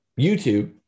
YouTube